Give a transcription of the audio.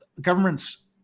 Governments